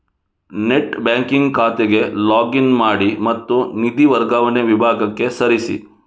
net banking ಖಾತೆಗೆ log in ಮಾಡಿ ಮತ್ತು ನಿಧಿ ವರ್ಗಾವಣೆ ವಿಭಾಗಕ್ಕೆ ಸರಿಸಿ